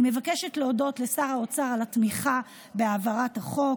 אני מבקשת להודות לשר האוצר על התמיכה בהעברת החוק,